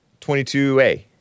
22A